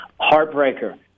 Heartbreaker